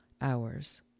hours